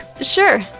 Sure